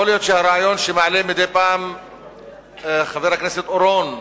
יכול להיות שהרעיון שמעלה מדי פעם חבר הכנסת אורון,